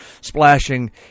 splashing